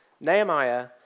Nehemiah